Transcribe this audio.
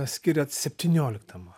skiriant septynioliktam